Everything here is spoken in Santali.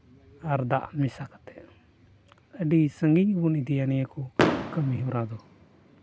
ᱟᱨ ᱫᱟᱜ ᱢᱮᱥᱟ ᱠᱟᱛᱮᱫ ᱟᱹᱰᱤ ᱥᱟᱺᱜᱤᱧ ᱵᱚᱱ ᱤᱫᱤᱭᱟ ᱱᱤᱭᱟᱹ ᱠᱚ ᱠᱟᱹᱢᱤ ᱦᱚᱨᱟ ᱫᱚ